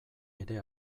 ere